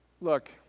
look